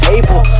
able